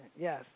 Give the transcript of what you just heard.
yes